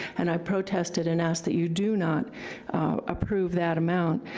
and i protest it and ask that you do not approve that amount.